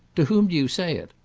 to whom do you say it?